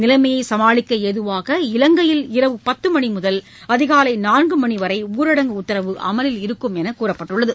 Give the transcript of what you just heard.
நிலைமையை சமாளிக்க ஏதுவாக இவங்கையில் இரவு பத்து மணி முதல் அதிகாலை நான்கு மணி வரை ஊரடங்கு உத்தரவு அமலில் இருக்கும் எனவும் தெரிவிக்கப்பட்டுள்ளது